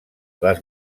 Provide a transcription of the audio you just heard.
les